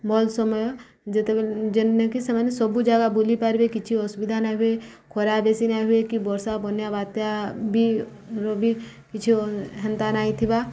ଭଲ୍ ସମୟ ଯେତେବେ ଯେନ୍ନକି ସେମାନେ ସବୁ ଜାଗା ବୁଲି ପାର୍ବେ କିଛି ଅସୁବିଧା ନାଇଁ ହୁଏ ଖରା ବେଶୀ ନାଇ ହୁଏ କି ବର୍ଷା ବନ୍ୟା ବାତ୍ୟା ବି ର ବି କିଛି ହେନ୍ତା ନାଇଁଥିବା